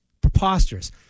Preposterous